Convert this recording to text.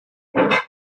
zbraknie